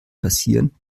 passieren